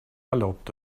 erlaubt